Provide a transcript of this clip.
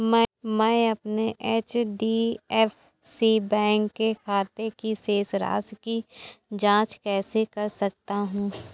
मैं अपने HDFC bank के खाते की शेष राशि की जाँच कैसे कर सकता हूँ?